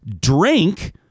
drink